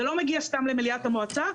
זה לא מגיע סתם למליאת המועצה.